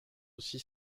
six